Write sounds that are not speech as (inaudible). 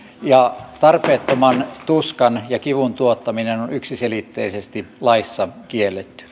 ja tarpeettoman tuskan ja kivun tuottaminen on yksiselitteisesti laissa kielletty (unintelligible)